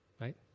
right